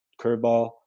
curveball